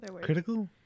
Critical